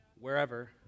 wherever